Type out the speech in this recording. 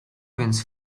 więc